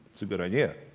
that's a good idea.